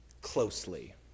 closely